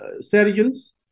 surgeons